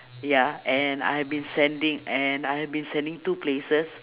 ya and I've been sending and I've been sending two places